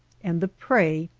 and the prey,